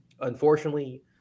unfortunately